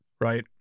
Right